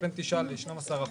זה בין 9 ל-12 אחוזים.